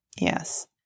Yes